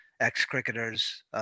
ex-cricketers